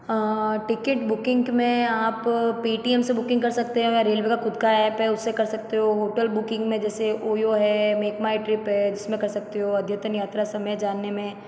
ticket booking में आप Paytm से बुकिंग कर सकते हैं रेलवे का खुद का ऐप है उससे कर सकते हो होटल बुकिंग में जैसे ओयो है मेक माय ट्रिप है जिसमें कर सकते हो अध्यतन यात्रा समय जानने में